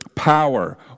power